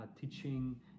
teaching